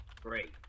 Great